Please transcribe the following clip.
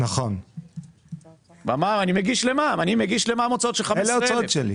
אני מגיש למע"מ הוצאות של 15,000,